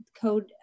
code